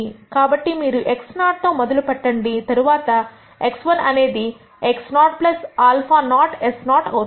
కాబట్టి మీరు x0 తో మొదలు పెట్టండి తరువాత x1 అనేది x0 α0s0 అవుతుంది